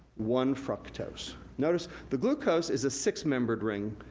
one fructose. notice the glucose is a six membered ring,